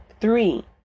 Three